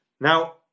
Now